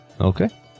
Okay